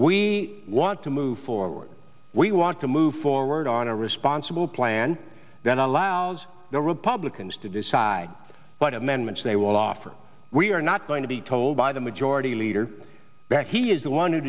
we want to move forward we want to move forward on a responsible plan that allows the republicans to decide what amendments they will offer we are not going to be told by the majority leader back he is the one who